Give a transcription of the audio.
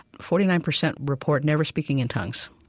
forty nine percent report never speaking in tongues,